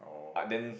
but then